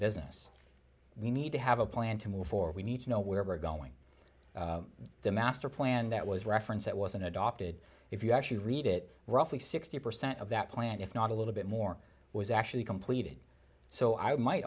business we need to have a plan to move for we need to know where we're going the master plan that was referenced it wasn't adopted if you actually read it roughly sixty percent of that plan if not a little bit more was actually completed so i might